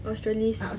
Australis